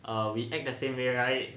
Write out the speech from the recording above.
uh we act the same way right